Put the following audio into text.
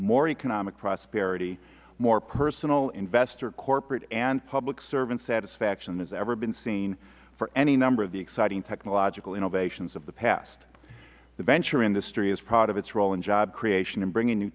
more economic prosperity more personal investor corporate and public servant satisfaction than has ever been seen for any number of the exciting technological innovations of the past the venture industry is proud of its role in job creation and bringing new